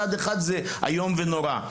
ומהצד השני זה איום ונורא.